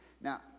Now